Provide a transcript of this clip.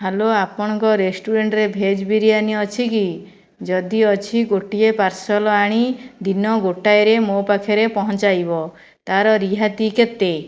hello ଆପଣଙ୍କ ରେଷ୍ଟୁରାଣ୍ଟରେ veg biryani ଅଛିକି ଯଦି ଅଛି ଗୋଟିଏ ପାର୍ସଲ୍ ଆଣି ଦିନ ଗୋଟାଏରେ ମୋ ପାଖରେ ପହଞ୍ଚାଇବ ତା'ର ରିହାତି କେତେ